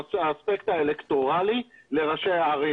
באספקט אלקטורלי לראשי הערים.